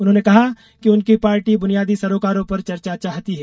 उन्होंने कहा कि उनकी पार्टी बुनियादी सरोकारों पर चर्चा चाहती है